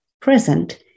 present